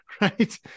right